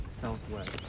Southwest